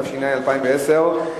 התש"ע 2010,